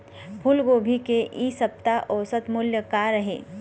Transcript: फूलगोभी के इ सप्ता औसत मूल्य का रही?